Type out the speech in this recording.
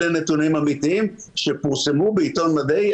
אלה נתונים אמיתיים שפורסמו בעיתון מדעי,